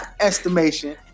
estimation